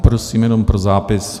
Prosím jenom pro zápis.